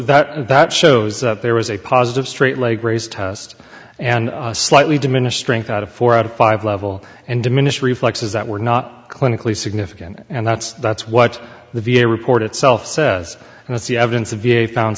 that that shows up there was a positive straight leg raise test and slightly diminished strength out of four out of five level and diminished reflexes that were not clinically significant and that's that's what the v a report itself says and it's the evidence of v a found